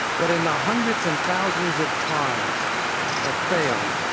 but in the hundreds and thousands of trials that failed.